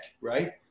Right